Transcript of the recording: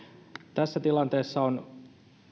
tässä tilanteessa on